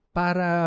para